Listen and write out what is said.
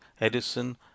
Edison